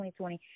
2020